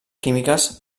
químiques